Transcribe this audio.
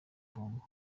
congo